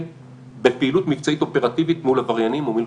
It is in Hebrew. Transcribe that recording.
בפעילות מבצעית אופרטיבית מול עבריינים.